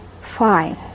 fine